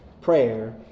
Prayer